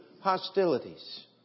hostilities